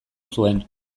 zuen